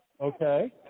okay